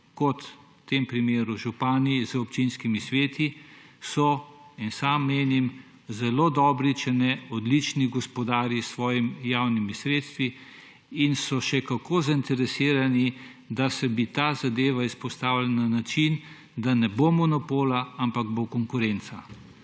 kot v tem primeru župani z občinskimi sveti, so, sam menim, zelo dobri, če ne odlični gospodarji s svojimi javnimi sredstvi in so še kako zainteresirani, da bi se ta zadeva izpostavila na način, da ne bo monopola, ampak bo konkurenca,